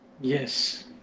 Yes